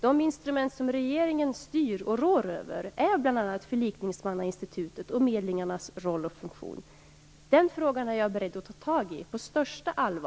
De instrument som regeringen styr och rår över är bl.a. förlikningsmannainstitutet och medlingarnas roll och funktion. Den frågan är jag beredd att ta tag i på största allvar.